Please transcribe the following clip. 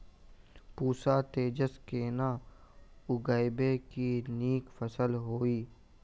पूसा तेजस केना उगैबे की नीक फसल हेतइ?